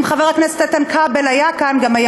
אם חבר הכנסת איתן כבל היה כאן גם הוא